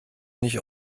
nicht